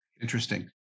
Interesting